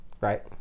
Right